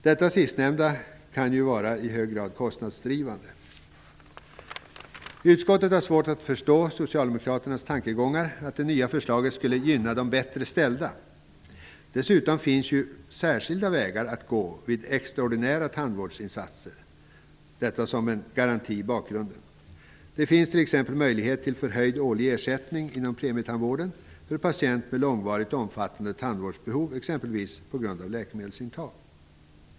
Det sistnämnda kan ju vara i hög grad kostnadsdrivande. Utskottet har svårt att förstå socialdemokraternas tankegång att det nya förslaget skulle gynna de bättre ställda. Dessutom finns det särskilda vägar att gå vid extraordinära tandvårdsinsatser, som en garanti i bakgrunden. Det finns t.ex. möjlighet till förhöjd årlig ersättning inom premietandvården för patient med långvarigt och omfattande tandvårdsbehov, exempelvis på grund av läkemedelsintag.